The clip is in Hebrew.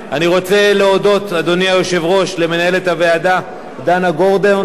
אני רוצה להודות למנהלת הוועדה דנה גורדון,